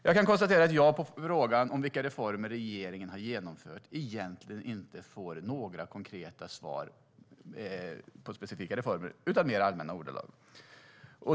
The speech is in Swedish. Jag kan konstatera att jag på frågan om vilka reformer regeringen har genomfört egentligen inte får några konkreta svar om specifika reformer, utan det är mer allmänna ordalag.